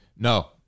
No